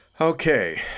Okay